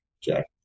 Jack